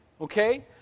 Okay